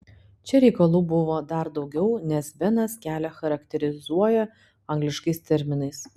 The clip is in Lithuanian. čia reikalų buvo dar daugiau nes benas kelią charakterizuoja angliškais terminais